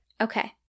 Okay